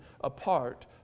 apart